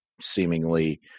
seemingly